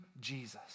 Jesus